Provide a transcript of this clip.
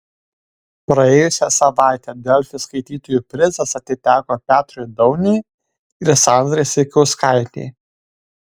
praėjusią savaitę delfi skaitytojų prizas atiteko petrui dauniui ir sandrai saikauskaitei